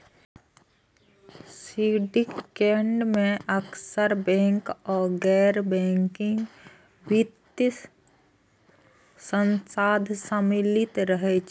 syndicate मे अक्सर bank आ गैर बैंकिंग वित्तीय संस्था शामिल रहै छै